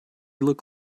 look